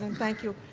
and thank you.